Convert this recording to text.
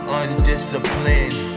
undisciplined